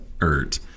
ert